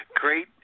Great